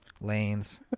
Lanes